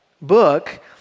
book